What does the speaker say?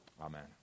amen